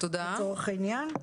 לצורך העניין.